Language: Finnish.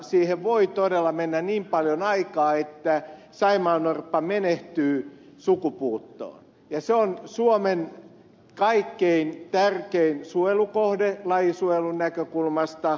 siihen voi todella mennä niin paljon aikaa että saimaannorppa menehtyy sukupuuttoon ja se on suomen kaikkein tärkein suojelukohde lajinsuojelun näkökulmasta